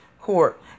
court